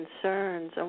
concerns